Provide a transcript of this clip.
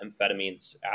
amphetamines